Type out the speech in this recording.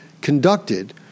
conducted